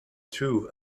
two